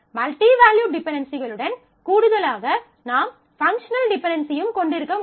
multivalued டிபென்டென்சிகளுடன் கூடுதலாக நாம் பங்க்ஷனல் டிபென்டென்சியும் கொண்டிருக்க முடியும்